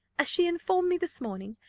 as she informed me this morning,